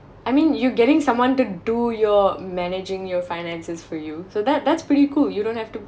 I mean you're getting someone to do your managing your finances for you so that's that's pretty cool you don't have to